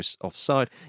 offside